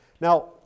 Now